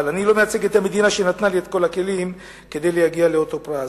אבל אני לא מייצג את המדינה שנתנה לי את כל הכלים כדי להגיע לאותו פרס.